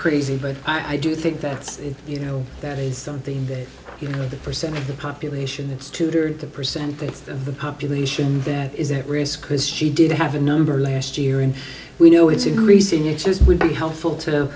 crazy but i do think that's you know that is something that you know the percent of the population it's tutored the percentage of the population that is at risk because she did have a number last year and we know it's increasing it just would be helpful to